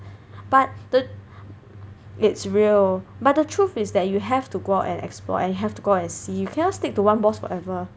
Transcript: but the it's real but the truth is that you have to go out and explore and have to go out and see you cannot stick to one boss forever